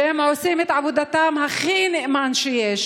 שהם עושים את עבודתם באופן הכי נאמן שיש